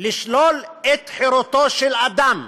לשלול את חירותו של אדם.